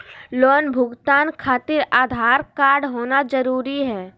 Loan भुगतान खातिर Aadhaar card होना जरूरी है?